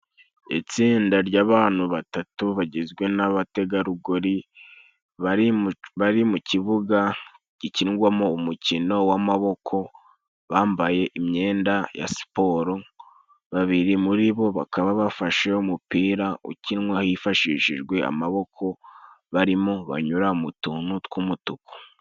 Itsinda ry'abantu batatu bagizwe n'abategarugori, bari mu kibuga gikinirwamo umukino w'amaboko bambaye imyenda ya siporo. Babiri muri bo, bakaba bafashe umupira ukinwa hifashishijwe amaboko. Barimo banyura mu tuntu tw'umutuku.